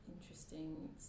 Interesting